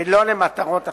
ולא למטרות אחרות.